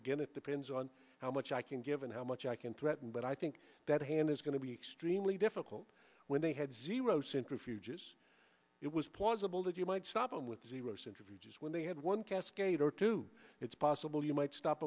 again it depends on how much i can give and how much i can threaten but i think that hand is going to be extremely difficult when they had zero centrifuges it was plausible that you might stop them with zero centrifuges when they had one cascade or two it's possible you might stop